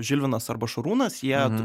žilvinas arba šarūnas jie